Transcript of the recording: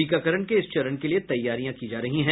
टीकाकरण के इस चरण के लिए तैयारियां की जा रही हैं